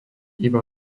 iba